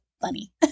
funny